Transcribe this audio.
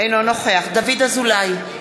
אינו נוכח דוד אזולאי,